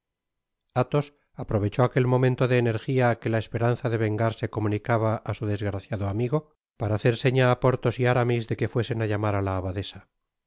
aprovechó aquel momento de energía que la esperanza de vengarse comunicaba á su desgraciado amigo para hacer seña á ponhos y aramis de que fuesen á llamar á la abadesa